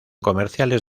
comerciales